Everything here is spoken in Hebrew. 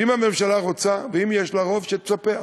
אם הממשלה רוצה ואם יש לה רוב, שתספח,